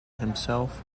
himself